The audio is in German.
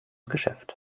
geschäft